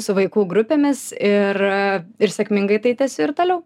su vaikų grupėmis ir ir sėkmingai tai tęsiu ir toliau